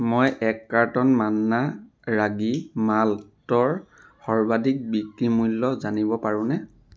মই এক কাৰ্টন মান্না ৰাগী মাল্টৰ সৰ্বাধিক বিক্ৰী মূল্য জানিব পাৰোঁনে